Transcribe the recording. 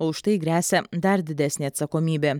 o už tai gresia dar didesnė atsakomybė